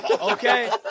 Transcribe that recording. okay